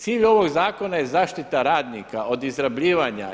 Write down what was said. Cilj ovog zakona je zaštita radnika od izrabljivanja.